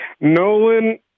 Nolan